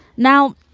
now,